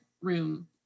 room